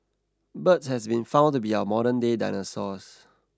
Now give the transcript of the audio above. birds has been found to be our modernday dinosaurs